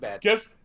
guess